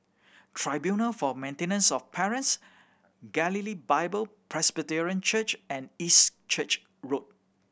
Tribunal for Maintenance of Parents Galilee Bible Presbyterian Church and East Church Road